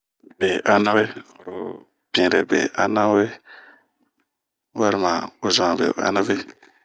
Be annawe oro pinre be annawe, wrima wozoma be annawe.